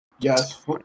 Yes